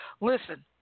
Listen